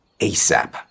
ASAP